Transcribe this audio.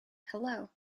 hello